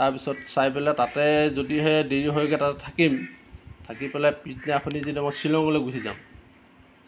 তাৰপিছত চাই পেলাই তাতে যদিহে দেৰী হয়গে তাতে থাকিম থাকি পেলাই পিছদিনাখনি তেতিয়া মই শ্বিলঙলে গুছি যাম